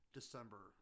December